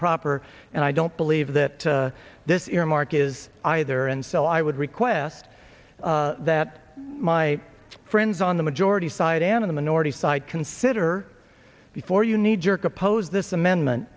proper and i don't believe that this earmark is either and so i would request that my friends on the majority side and the minority side consider before you need jerk oppose this amendment